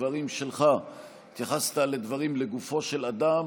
שבדברים שלך התייחסת לדברים לגופו של אדם,